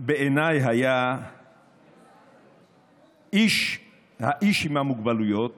היה בעיניי האיש עם המוגבלויות